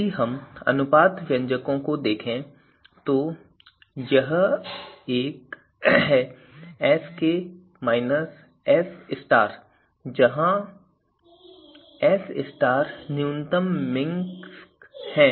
यदि हम अनुपात व्यंजकों को देखें तो एक है Sk S जहाँ S न्यूनतम मिंकस्क है